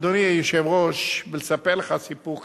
אדוני היושב-ראש, ולספר לך סיפור קצר.